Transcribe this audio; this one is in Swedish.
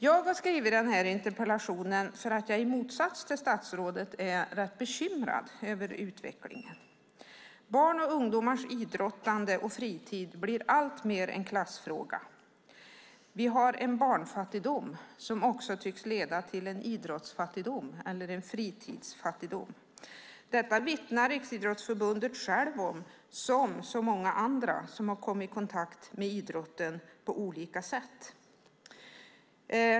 Jag har skrivit interpellationen för att jag i motsats till statsrådet är rätt bekymrad över utvecklingen. Barns och ungdomars idrottande och fritid blir alltmer en klassfråga. Vi har en barnfattigdom som också tycks leda till en idrottsfattigdom eller en fritidsfattigdom. Det vittnar Riksidrottsförbundet om, liksom många andra som på olika sätt kommit i kontakt med idrotten.